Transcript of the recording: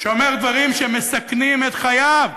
שאומר דברים שמסכנים את חייו,